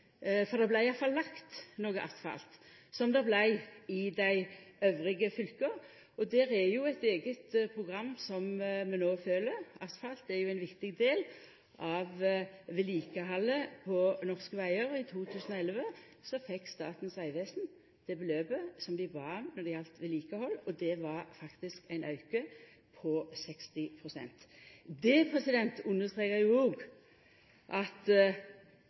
for det vart iallfall lagt noko asfalt, som det vart i dei andre fylka. Det er eit eige program vi no følgjer. Asfalt er ein viktig del av vedlikehaldet på norske vegar. I 2011 fekk Statens vegvesen det beløpet som dei bad om når det galdt vedlikehald, og det var faktisk ein auke på 60 pst. Det understrekar òg at